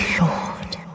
lord